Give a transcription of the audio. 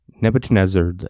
Nebuchadnezzar